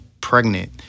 pregnant